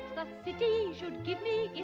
the city should give me